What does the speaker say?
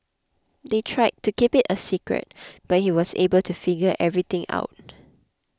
they tried to keep it a secret but he was able to figure everything out